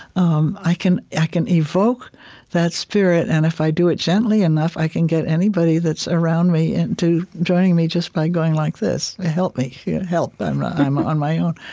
um i can i can evoke that spirit. and if i do it gently enough, i can get anybody that's around me into joining me just by going like this help me. help. i'm i'm on my own.